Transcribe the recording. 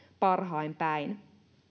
parhain päin